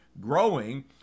growing